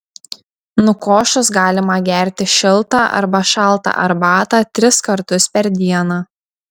nukošus galima gerti šiltą arba šaltą arbatą tris kartus per dieną